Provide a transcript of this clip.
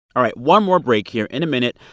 all right, one more break here. in a minute,